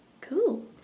Cool